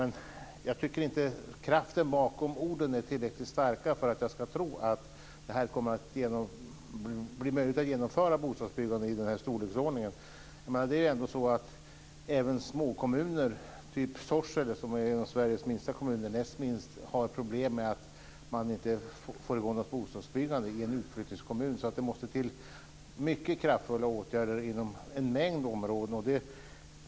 Men jag tycker inte att kraften bakom orden är tillräckligt stark för att jag ska tro att det kommer att bli möjligt att genomföra ett bostadsbyggande i den här storleksordningen. Även småkommuner som Sorsele, som är Sveriges näst minsta kommun, har problem med att man inte får i gång något bostadsbyggande i en utflyttningskommun, så det måste till mycket kraftfulla åtgärder inom en mängd områden.